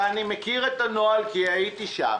ואני מכיר את הנוהל כי הייתי שם